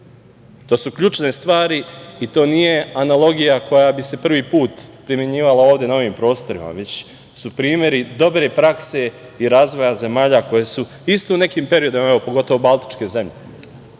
To su ključne stvari i to nije analogija koja bi se prvi put primenjivala ovde na ovim prostorima, već su primeri dobre prakse i razvoja zemalja koje su isto u nekim periodima, pogotovo Baltičke zemlje,